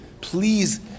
please